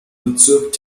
bezirk